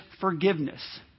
forgiveness